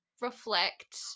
Reflect